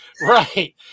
Right